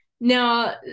Now